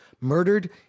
murdered